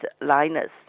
liners